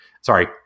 sorry